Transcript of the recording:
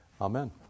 Amen